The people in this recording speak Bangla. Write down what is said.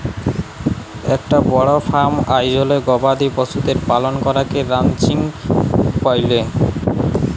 একটা বড় ফার্ম আয়জলে গবাদি পশুদের পালন করাকে রানচিং ব্যলে